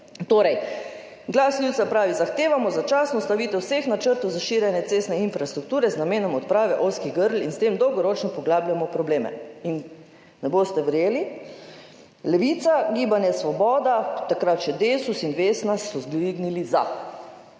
Torej, glas ljudstva pravi: »Zahtevamo začasno ustavitev vseh načrtov za širjenje cestne infrastrukture z namenom odprave ozkih grl in s tem dolgoročno poglabljamo probleme.« In ne boste verjeli, Levica, Gibanje Svoboda, takrat še Desus in Vesna so dvignili za.